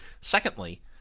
Secondly